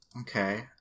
Okay